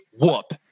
whoop